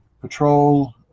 patrol